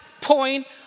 point